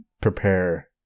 prepare